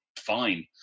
fine